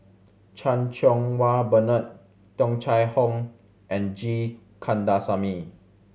Chan Cheng Wah Bernard Tung Chye Hong and G Kandasamy